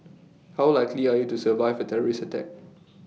how likely are you to survive A terrorist attack